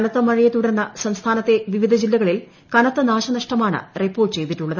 കനത്ത മഴയെ തുടർന്ന് സംസ്ഥാനത്തെ വിവിധ ജില്ലകളിൽ കനത്ത നാശനഷ്ടമാണ് റിപ്പോർട്ട് പ്രെയ്തിട്ടുള്ളത്